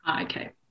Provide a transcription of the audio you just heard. Okay